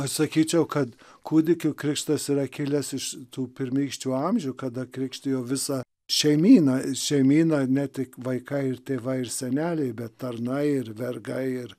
aš sakyčiau kad kūdikių krikštas yra kilęs iš tų pirmykščių amžių kada krikštijo visą šeimyną šeimyną ne tik vaikai ir tėvai ir seneliai bet tarnai ir vergai ir